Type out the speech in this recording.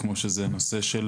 כמו שזה נושא של